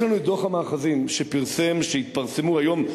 יש לנו דוח המאחזים שהתפרסם היום.